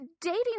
dating